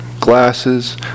glasses